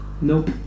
nope